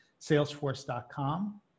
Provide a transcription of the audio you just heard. salesforce.com